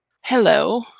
Hello